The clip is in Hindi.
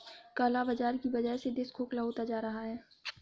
काला बाजार की वजह से देश खोखला होता जा रहा है